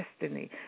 destiny